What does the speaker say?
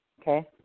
Okay